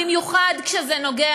במיוחד כשזה נוגע,